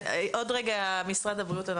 עוד רגע משרד הבריאות,